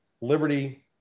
Liberty